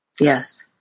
Yes